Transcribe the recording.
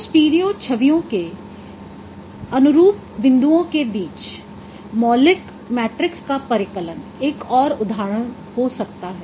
दो स्टीरियो छवियों में अनुरूप बिंदुओं के बीच मौलिक मैट्रिक्स का परिकलन एक और उदाहरण हो सकता है